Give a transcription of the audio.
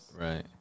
Right